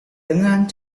dengan